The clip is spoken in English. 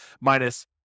minus